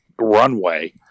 runway